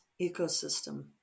ecosystem